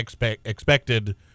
expected